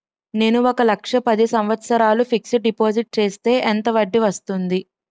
నేను ఒక లక్ష పది సంవత్సారాలు ఫిక్సడ్ డిపాజిట్ చేస్తే ఎంత వడ్డీ వస్తుంది?